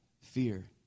fear